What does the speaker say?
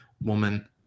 woman